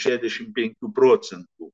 šešiasdešim penkių procentų